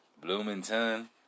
Bloomington